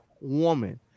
woman